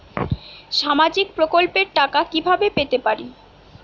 সামাজিক প্রকল্পের টাকা কিভাবে পেতে পারি?